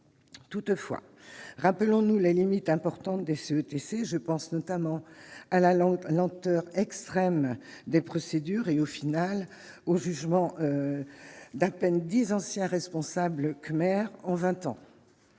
toutefois, rappelons-nous les limites importantes, des soutes, c'est, je pense notamment à la langue lenteur extrême des procédures et au final au jugement d'appel 10 anciens responsables Khmers en 20 ans